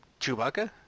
Chewbacca